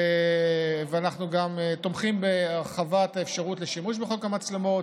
ואנחנו גם תומכים בהרחבת האפשרות לשימוש בחוק המצלמות,